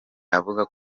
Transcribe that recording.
avuga